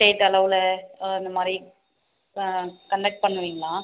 state அளவில் அந்த மாதிரி கன்டக்ட் பண்ணுவிங்களா